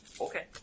Okay